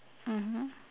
mmhmm